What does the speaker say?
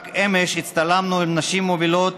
רק אמש הצטלמנו עם נשים מובילות